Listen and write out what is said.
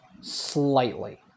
slightly